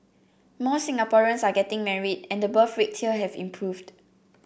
more Singaporeans are getting married and the birth rates here have improved